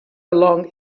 along